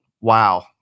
wow